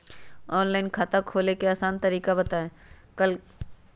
Online खाता खोले के आसान तरीका बताए?